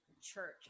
church